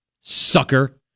sucker